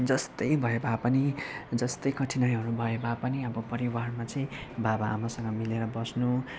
जस्तै भए भए पनि जस्तै कठिनाईहरू भए भए पनि अब परिवारमा चाहिँ बाबा आमासँग मिलेर बस्नु